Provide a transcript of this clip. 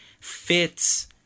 fits